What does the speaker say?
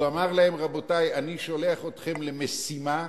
הוא אמר להם: רבותי, אני שולח אתכם למשימה.